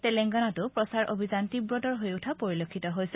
তেলেংগানাতো প্ৰচাৰ অভিযান তীৱতৰ হৈ উঠা পৰিলক্ষিত হৈছে